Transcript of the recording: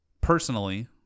personally